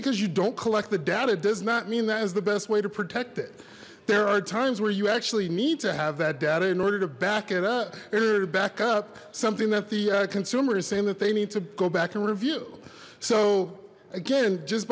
because you don't collect the data does not mean that is the best way to protect it there are times where you actually need to have that data in order to back it up or back up something that the consumer is saying that they need to go back and review so again just